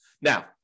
Now